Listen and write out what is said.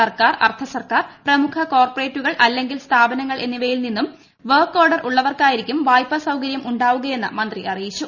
സർക്കാർഅർദ്ധസർക്കാർപ്രമുഖ കോർപ്പറേറ്റുകൾ അല്ലെങ്കിൽ സ്ഥാപനങ്ങൾ എന്നിവയിൽ നിന്നും വർക്ക് ഓർഡർ ഉള്ളവർക്കായിരിക്കും വായ്പ സൌകര്യം ഉണ്ടാവുകയെന്ന് മന്ത്രി അറിയിച്ചു